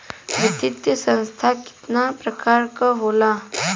वित्तीय संस्था कितना प्रकार क होला?